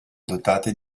dotate